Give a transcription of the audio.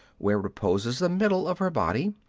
where reposes the middle of her body,